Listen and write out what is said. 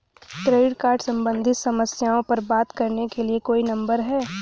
Credit card सम्बंधित समस्याओं पर बात करने के लिए कोई नंबर है?